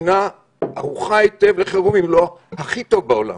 מדינה ערוכה היטב לחירום, אם לא הכי טוב בעולם,